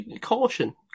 caution